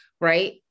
right